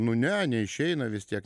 nu ne neišeina vis tiek